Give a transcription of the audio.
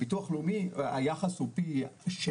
היחס הוא פי 6,